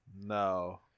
No